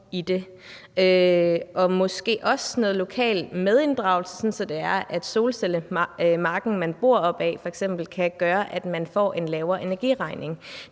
og måske også noget lokal medinddragelse, så solcellemarken, man bor op ad, f.eks. kan gøre, at man får en lavere energiregning.